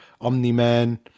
Omni-Man